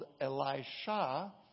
Elisha